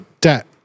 debt